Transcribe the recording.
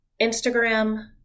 Instagram